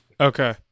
Okay